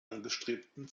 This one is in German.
angestrebten